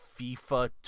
FIFA